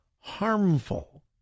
harmful